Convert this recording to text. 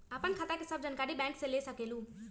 आपन खाता के सब जानकारी बैंक से ले सकेलु?